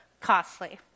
costly